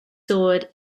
sword